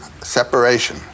separation